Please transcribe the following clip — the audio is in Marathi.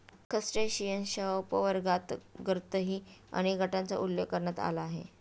क्रस्टेशियन्सच्या उपवर्गांतर्गतही अनेक गटांचा उल्लेख करण्यात आला आहे